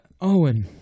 Owen